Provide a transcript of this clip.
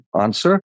answer